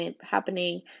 happening